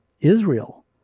Israel